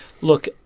Look